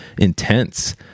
intense